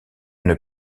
une